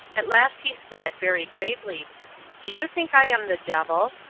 at last he said, very gravely do you think i am the devil?